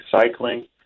cycling